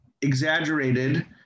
exaggerated